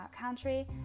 country